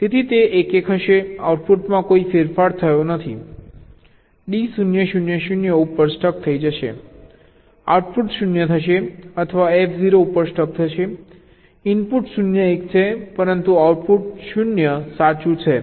તેથી તે 1 1 હશે આઉટપુટમાં કોઈ ફેરફાર થયો નથી D 0 0 0 ઉપર સ્ટક થઈ જશે આઉટપુટ 0 થશે અથવા F 0 ઉપર સ્ટક થશે ઇનપુટ 0 1 છે પરંતુ આઉટપુટ 0 સાચું છે